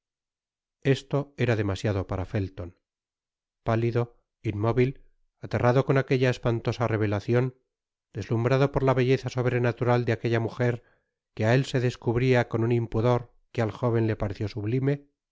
esto era demasiado para felton pálido inmóvil aterrado con aquella espantosa revelacion deslumhrado por la belleza sobrenatural de aquella mujer que á él se descubria con un impudor que al jóven le pareció sublime